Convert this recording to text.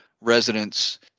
residents